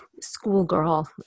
schoolgirl